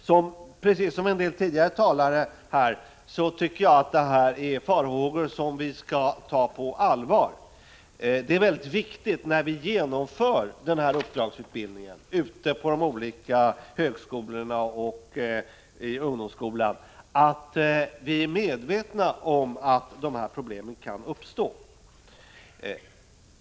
I likhet med en del tidigare talare i debatten anser jag att detta är farhågor som vi skall ta på allvar. När vi genomför uppdragsutbildningen ute på de olika högskolorna och i ungdomsskolan är det mycket viktigt att vi är medvetna om att dessa problem kan uppstå.